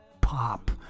pop